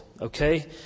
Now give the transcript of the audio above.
Okay